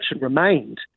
remained